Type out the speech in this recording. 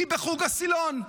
היא בחוג הסילון,